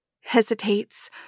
hesitates